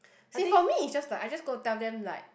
see for me is just like I just go tell them like